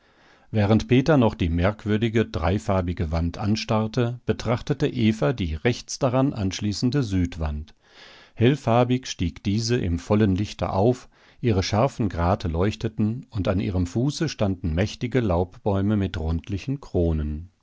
während peter noch die merkwürdige dreifarbige wand anstarrte betrachtete eva die rechts daran anschließende südwand hellfarbig stieg diese im vollen lichte auf ihre scharfen grate leuchteten und an ihrem fuße standen mächtige laubbäume mit rundlichen kronen